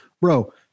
Bro